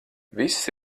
viss